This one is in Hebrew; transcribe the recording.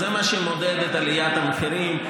זה מה שמודד את עליית המחירים,